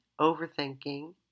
overthinking